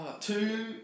Two